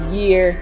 year